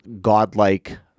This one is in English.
godlike